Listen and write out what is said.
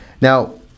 Now